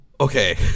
okay